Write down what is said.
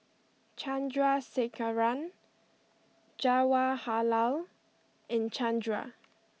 Chandrasekaran Jawaharlal and Chandra